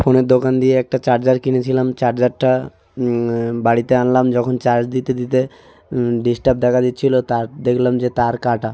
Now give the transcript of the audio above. ফোনের দোকান দিয়ে একটা চার্জার কিনেছিলাম চার্জারটা বাড়িতে আনলাম যখন চার্জ দিতে দিতে ডিসটার্ব দেখা দিচ্ছিল তার দেখলাম যে তার কাটা